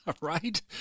right